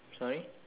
sorry